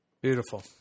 Beautiful